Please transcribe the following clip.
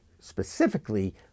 specifically